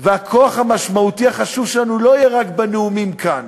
והכוח המשמעותי החשוב שלנו לא יהיה רק בנאומים כאן,